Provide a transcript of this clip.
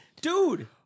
Dude